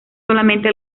solamente